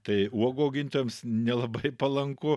tai uogų augintojams nelabai palanku